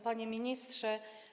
Panie Ministrze!